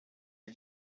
est